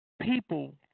people